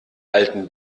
alten